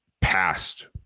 past